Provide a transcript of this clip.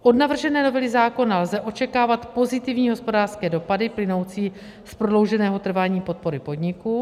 Od navržené novely zákona lze očekávat pozitivní hospodářské dopady plynoucí z prodlouženého trvání podpory podniku.